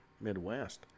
Midwest